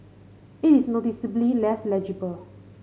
it is noticeably less legible